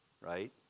right